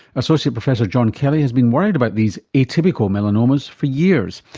associate professor john kelly has been worried about these atypical melanomas for years.